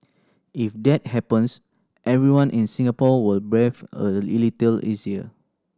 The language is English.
if that happens everyone in Singapore will breathe a little easier